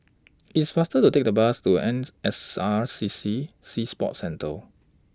It's faster to Take The Bus to ends S R C C Sea Sports Centre